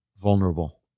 vulnerable